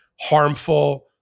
harmful